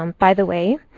um by the way,